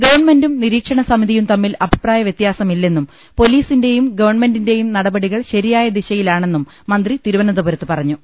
ഗവൺമെന്റും നിരീക്ഷണ സമിതിയും തമ്മിൽ അഭിപ്രായവൃത്യാസമില്ലെന്നും പൊലീസിന്റെയും ഗവൺമെന്റിന്റെയും നടപടികൾ ശരിയായ ദിശയിലാണെന്നും മന്ത്രി തിരുവനന്തപുരത്ത് പറഞ്ഞു